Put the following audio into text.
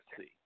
see